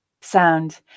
sound